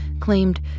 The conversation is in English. claimed